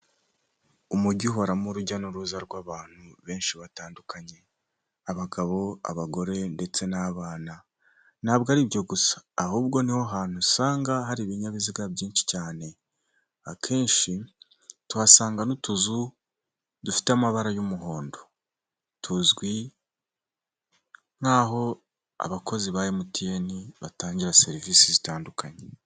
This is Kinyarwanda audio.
Umujyi uhoramo urujya n'uruza rw'abantu benshi batandukanye: abagabo, abagore ndetse n'abana, ntabwo ari ibyo gusa ahubwo ni ho hantu usanga hari ibinyabiziga byinshi cyane, akenshi tuhasanga n'utuzu dufite amabara y'umuhondo tuzwi nk'aho abakozi ba MTN batangira serivisi zitandukanye.